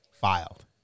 filed